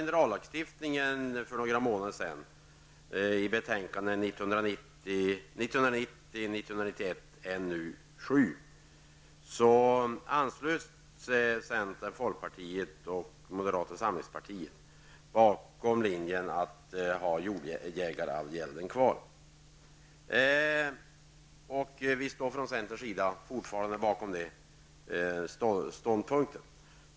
När vi för några månader sedan behandlade minerallagstiftningen, näringsutskottets betänkande 1990/91:NU7, anslöt sig centern, folkpartiet liberalerna och moderata samlingspartiet till linjen att ha jordägaravgälden kvar. Vi i centern står fortfarande fast vid den ståndpunkten.